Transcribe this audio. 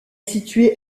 située